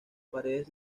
paredes